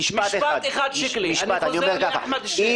אני רוצה להגיד משפט אחד.